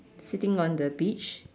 sitting on the beach